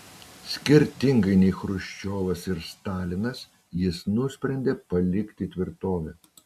skirtingai nei chruščiovas ir stalinas jis nusprendė palikti tvirtovę